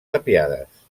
tapiades